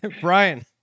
Brian